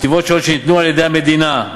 מתשובות שונות שניתנו על-ידי המדינה,